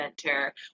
Center